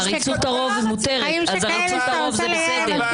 עריצות הרוב מותרת, אז עריצות הרוב זה בסדר.